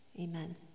Amen